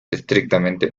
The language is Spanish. estrictamente